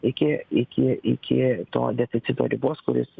iki iki iki to deficito ribos kuris